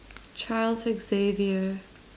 Charles X Xavier